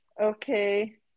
okay